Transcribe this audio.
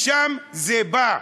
משם זה בא,